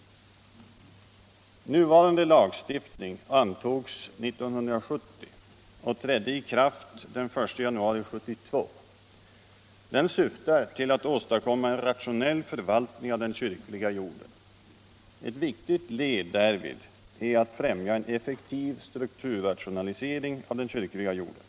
Nuvarande lagstiftning antogs 1970 och trädde i kraft den 1 januari 1972. Den syftar till att åstadkomma en rationell förvaltning av den kyrkliga jorden. Ett viktigt led är därvid att främja en effektiv strukturrationalisering av den kyrkliga jorden.